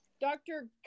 Dr